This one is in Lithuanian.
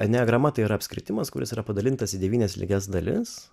eneagrama tai yra apskritimas kuris yra padalintas į devynias lygias dalis